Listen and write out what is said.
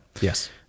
Yes